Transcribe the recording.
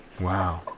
Wow